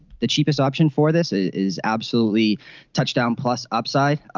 the cheapest option for this is absolutely touchdown plus upside.